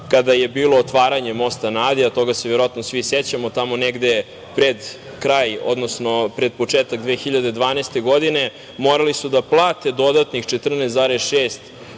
kada je bilo otvaranje mosta na Adi, a toga se verovatno svi sećamo, tamo negde pred početak 2012. godine, morali su da plate dodatnih 14,6